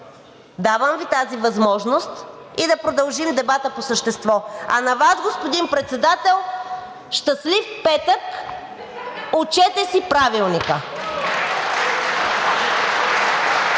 давам Ви тази възможност, и да продължим дебата по същество. А на Вас, господин Председател, щастлив петък. (Смях от ГЕРБ-СДС.)